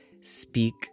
speak